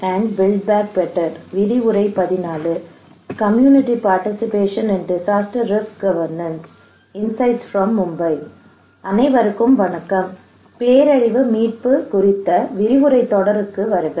அனைவருக்கும் வணக்கம் பேரழிவு மீட்பு குறித்த விரிவுரைத் தொடருக்கு வருக